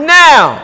now